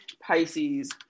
Pisces